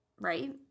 right